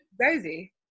Rosie